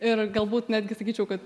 ir galbūt netgi sakyčiau kad